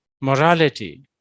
morality